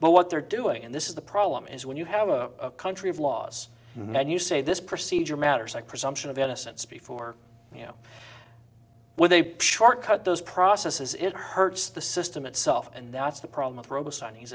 but what they're doing and this is the problem is when you have a country of laws and you say this procedure matters like presumption of innocence before you know with a short cut those processes it hurts the system itself and that's the problem with rob